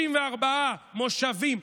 64 מושבים,